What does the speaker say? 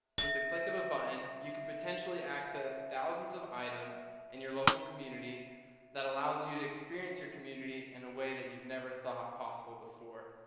with a click of a button you can potentially access thousands of items in your local community that allows you to experience your community in a way that you've never thought possible before.